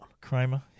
Kramer